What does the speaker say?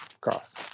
cross